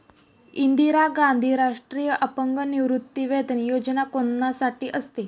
इंदिरा गांधी राष्ट्रीय अपंग निवृत्तीवेतन योजना कोणासाठी असते?